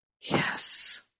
Yes